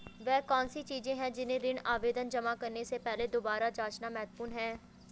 वे कौन सी चीजें हैं जिन्हें ऋण आवेदन जमा करने से पहले दोबारा जांचना महत्वपूर्ण है?